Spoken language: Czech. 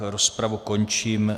Rozpravu končím.